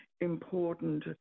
important